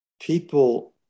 people